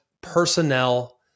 personnel